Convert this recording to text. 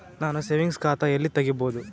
ನಾನು ಸೇವಿಂಗ್ಸ್ ಖಾತಾ ಎಲ್ಲಿ ತಗಿಬೋದು?